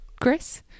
Chris